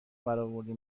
براورده